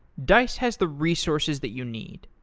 dice has the resources that you need.